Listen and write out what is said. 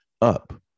Up